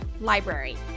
library